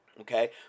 okay